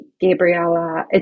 Gabriella